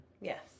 Yes